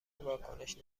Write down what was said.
واکنش